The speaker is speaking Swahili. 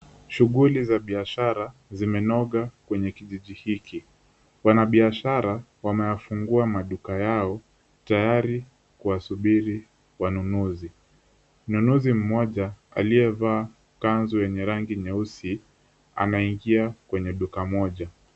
Shughuli za biashara zimenoga kwenye kijiji hiki. Wanabiashara wameyafungua maduka yao, tayari kuwasubiri wanunuzi. Mnunuzi mmoja aliyevaa kanzu yenye rangi nyeusi anaingia kwenye duka moja.